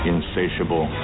Insatiable